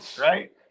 right